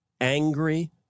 angry